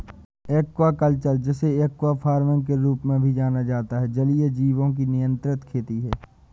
aquaculture, जिसे aqua farming के रूप में भी जाना जाता है, जलीय जीवों की नियंत्रित खेती है